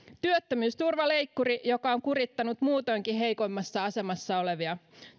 työttömyysturvaleikkuri joka on kurittanut muutoinkin heikoimmassa asemassa olevia